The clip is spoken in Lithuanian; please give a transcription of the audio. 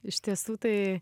iš tiesų tai